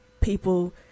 people